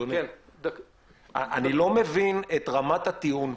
איני מבין את הטיעון,